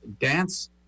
dance